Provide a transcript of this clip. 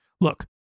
Look